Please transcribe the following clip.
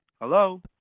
Hello